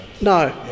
No